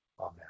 Amen